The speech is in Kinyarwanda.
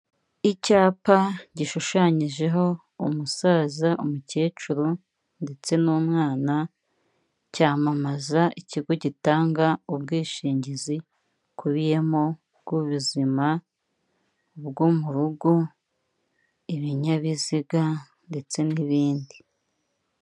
Icyapa gishushanyijeho umusaza, umukecuru ndetse n'umwana, cyamamaza ikigo gitanga ubwishingizi, bukubiyemo ubw'ubuzima, ubwo mu rugo, ibinyabiziga ndetse n'ibindi.